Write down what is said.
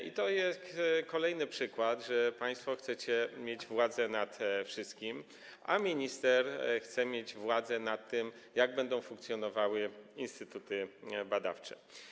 I to jest kolejny przykład tego, że państwo chcecie mieć władzę nad wszystkim, a minister chce mieć władzę nad tym, jak będą funkcjonowały instytuty badawcze.